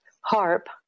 Harp